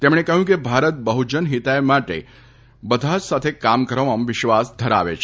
તેમણે કહ્યું કે ભારત બહુજન હિતાય માટે બધા જ સાથે કામ કરવામાં વિશ્વાસ ધરાવે છે